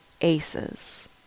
ACEs